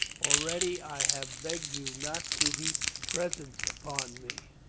already i have begged you not to heap presents upon me.